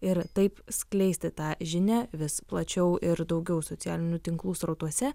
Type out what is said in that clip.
ir taip skleisti tą žinią vis plačiau ir daugiau socialinių tinklų srautuose